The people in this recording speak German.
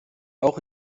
auch